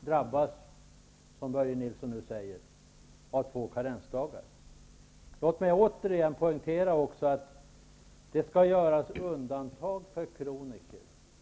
drabbas, som Börje Nilsson nu säger, av två karensdagar. Låt mig återigen poängtera att det skall göras undantag för kroniker.